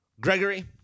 Gregory